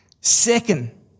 Second